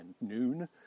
noon